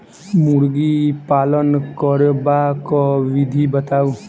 मुर्गी पालन करबाक विधि बताऊ?